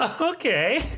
Okay